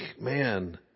man